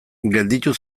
gelditu